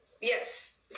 Yes